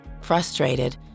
Frustrated